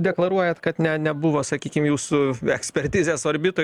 deklaruojat kad ne nebuvo sakykim jūsų ekspertizės orbitoj